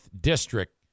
district